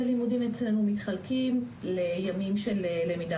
הלימודים אצלנו מתחלקים לימים של למידה